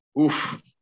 oof